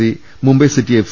C Mumbai City F